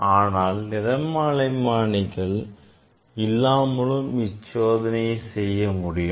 ஆனால் நிறமாலைமானி இல்லாமலும் இச்சோதனையை செய்ய முடியும்